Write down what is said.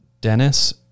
Dennis